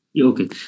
Okay